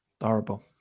Horrible